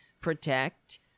protect